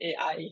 AI